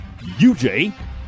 UJ